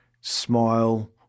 smile